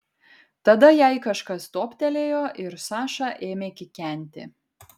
tada jai kažkas toptelėjo ir saša ėmė kikenti